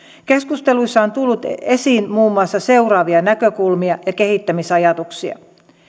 keskusteluissa on tullut esiin muun muassa seuraavia näkökulmia ja kehittämisajatuksia